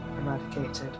eradicated